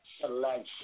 selection